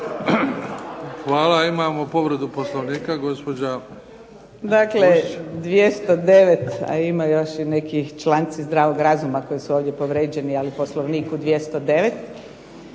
Hvala. Imamo povredu poslovnika,